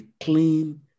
clean